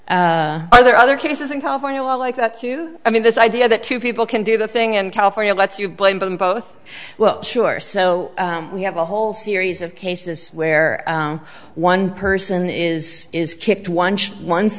question are there other cases in california like that too i mean this idea that two people can do the thing in california lets you blame them both well sure so we have a whole series of cases where one person is is kicked once once